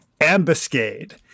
Ambuscade